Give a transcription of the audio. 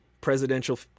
presidential